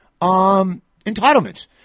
entitlements